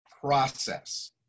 process